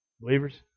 Believers